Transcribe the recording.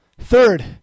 Third